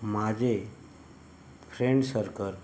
माझे फ्रेंडसर्कल